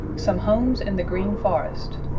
some homes in the green forest.